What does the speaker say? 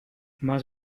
más